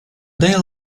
day